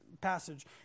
passage